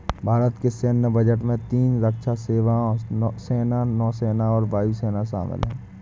भारत के सैन्य बजट में तीन रक्षा सेवाओं, सेना, नौसेना और वायु सेना शामिल है